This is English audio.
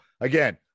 again